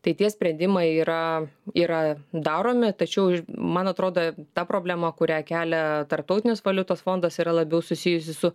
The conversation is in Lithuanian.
tai tie sprendimai yra yra daromi tačiau man atrodo ta problema kurią kelia tarptautinis valiutos fondas yra labiau susijusi su